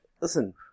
listen